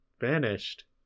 vanished